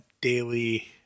daily